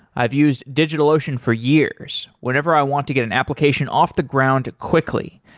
i've used digitalocean for years whenever i want to get an application off the ground quickly,